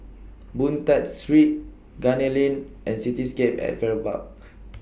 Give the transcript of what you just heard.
Boon Tat Street Gunner Lane and Cityscape At Farrer Park